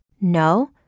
No